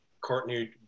Courtney